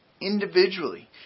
individually